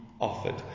offered